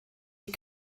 die